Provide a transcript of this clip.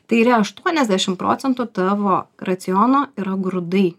tai yra aštuoniasdešim procentų tavo raciono yra grūdai